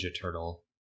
Turtle